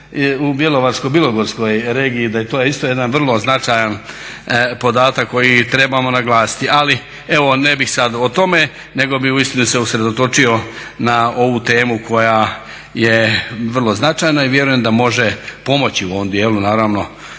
u bjelovarsko-bilogorskoj regiji da je to isto jedan vrlo značajan podatak koji trebamo naglasiti. Ali evo ne bih sad o tome nego bih uistinu se usredotočio na ovu temu koja je vrlo značajna i vjerujem da može pomoći u ovom dijelu naravno